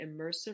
immersive